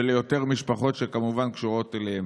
וליותר משפחות שכמובן קשורות אליהן.